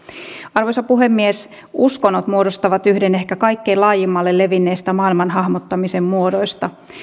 arvoisa puhemies uskonnot muodostavat yhden ehkä kaikkein laajimmalle levinneistä maailman hahmottamisen muodoista